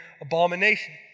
abomination